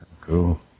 Cool